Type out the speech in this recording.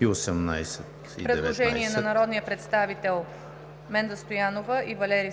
18 има предложение на народните представители Менда Стоянова и Валери